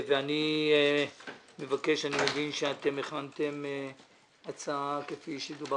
אני מבקש אני מבין שהכנתם הצעה כפי שדובר